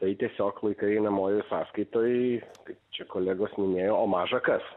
tai tiesiog laikai einamojoj sąskaitoj tai čia kolegos minėjo o maža kas